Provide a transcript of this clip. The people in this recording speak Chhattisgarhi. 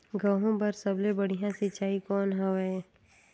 गहूं बर सबले बढ़िया सिंचाई कौन हवय?